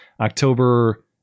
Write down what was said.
October